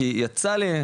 כי יצא לי,